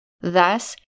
Thus